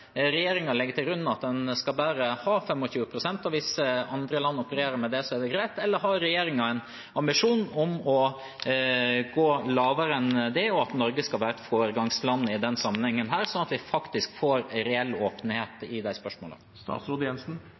og hvis andre land opererer med det, er det greit? Eller har regjeringen en ambisjon om å gå lavere enn det, og at Norge skal være et foregangsland i denne sammenhengen, slik at vi faktisk får en reell åpenhet i de spørsmålene? La meg først få presisere det